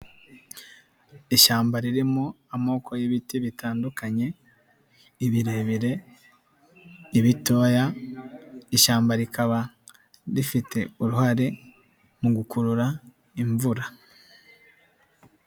Ishyamba ririmo amoko y'ibiti bitandukanye, ibirebire, ibitoya, ishyamba rikaba rifite uruhare mu gukurura imvura.